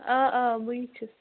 آ آ بٕے چھَس